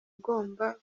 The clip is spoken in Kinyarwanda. ugomba